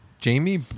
Jamie